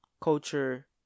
culture